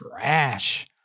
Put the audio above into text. trash